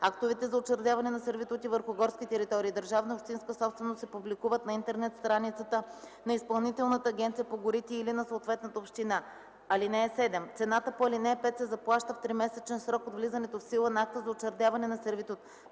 Актовете за учредяване на сервитути върху горски територии – държавна и общинска собственост, се публикуват на интернет страницата на Изпълнителната агенция по горите или на съответната община. (7) Цената по ал. 5 се заплаща в тримесечен срок от влизането в сила на акта за учредяване на сервитут.